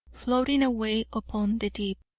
floating away upon the deep.